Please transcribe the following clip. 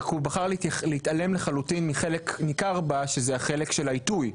רק הוא בחר להתעלם לחלוטין מחלק ניכר בה שזה החלק של העיתוי,